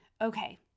Okay